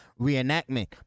reenactment